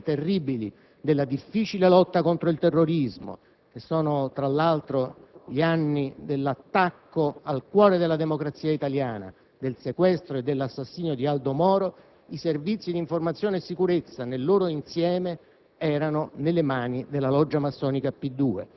Si può dire che in quegli anni (che sono gli anni terribili della difficile lotta contro il terrorismo e sono tra l'altro gli anni dell'attacco al cuore della democrazia italiana, del sequestro e dell'assassinio di Aldo Moro) i Servizi di informazione e sicurezza nel loro insieme